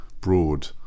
broad